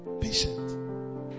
patient